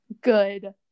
good